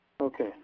Okay